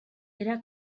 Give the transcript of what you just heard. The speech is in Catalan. era